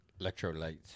Electrolytes